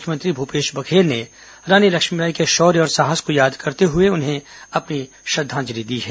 मुख्यमंत्री भूपेश बघेल ने रानी लक्ष्मीबाई के शौर्य और साहस को याद करते हुए उन्हें अपनी श्रद्दांजलि दी है